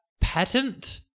patent